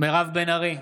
מירב בן ארי,